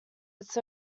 its